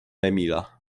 emila